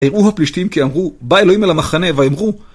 הראו הפלישתים, כי אמרו, בא אלוהים אל המחנה, ויאמרו